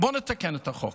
בואו נתקן את החוק,